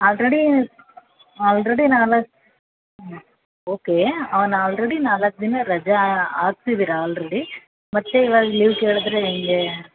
already already ನಾಲ್ಕು ಹ್ಞೂ okay ಅವ್ನ ಆಲ್ರಡಿ ನಾಲ್ಕು ದಿನ ರಜೆ ಹಾಕ್ಸಿದಿರ ಆಲ್ರಡಿ ಮತ್ತೆ ಇವಾಗ ಲೀವ್ ಕೇಳಿದ್ರೆ ಹೇಗೆ